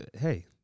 Hey